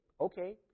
Okay